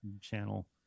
channel